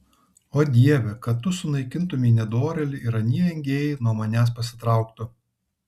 o dieve kad tu sunaikintumei nedorėlį ir anie engėjai nuo manęs pasitrauktų